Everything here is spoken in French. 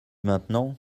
maintenant